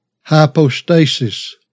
hypostasis